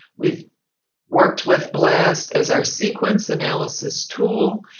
we've worked with blast as our sequence analysis tool,